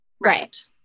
Right